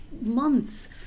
months